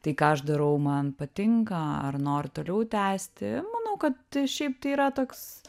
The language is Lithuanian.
tai ką aš darau man patinka ar noriu toliau tęsti manau kad šiaip tai yra toks